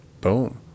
Boom